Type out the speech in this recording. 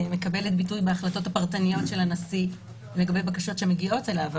מקבלת ביטוי בהחלטות הפרטניות של הנשיא לקבל בקשות שמגיעות אליו,